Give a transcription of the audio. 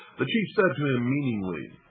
the chief said to him meaningly,